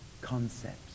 concepts